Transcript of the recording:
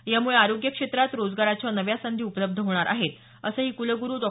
यामुळे आरोग्य क्षेत्रात रोजगाराच्या नव्या संधी उपलब्ध होणार आहेत असंही कुलगुरू डॉ